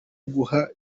guha